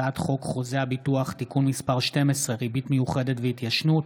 הצעת חוק חוזה הביטוח (תיקון מס' 12) (ריבית מיוחדת והתיישנות),